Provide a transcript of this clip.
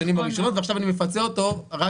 כנראה יותר, כי הן לא מקבלות את ההנחה.